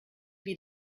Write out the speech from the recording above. wie